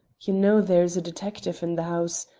you know there is a detective in the house.